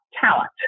talent